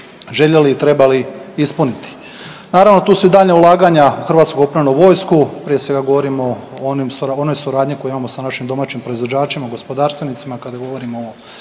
željeli i trebali ispuniti. Naravno tu su i daljnja ulaganja u hrvatsku kopnenu vojsku. Prije svega govorimo o onoj suradnji koju imamo sa našim domaćim proizvođačima, gospodarstvenicima kada govorimo o